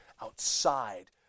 outside